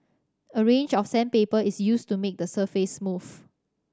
a range of sandpaper is used to make the surface smooth